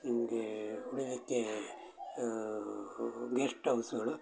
ನಿಮಗೇ ಉಳೀಲಿಕ್ಕೇ ಗೆಸ್ಟ್ ಹೌಸ್ಗಳು